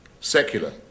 secular